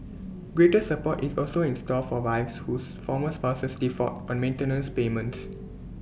greater support is also in store for wives whose former spouses default on maintenance payments